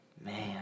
Man